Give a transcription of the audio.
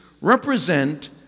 represent